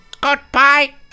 Goodbye